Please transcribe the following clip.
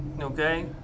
okay